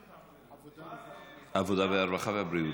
ועדת העבודה, הרווחה והבריאות.